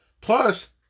Plus